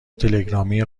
تلگرامی